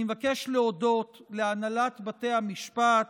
אני מבקש להודות להנהלת בתי המשפט,